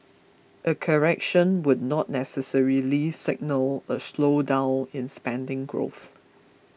a correction would not necessarily signal a slowdown in spending growth